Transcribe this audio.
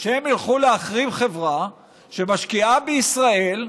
שהם ילכו להחרים חברה שמשקיעה בישראל,